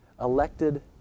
elected